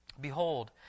Behold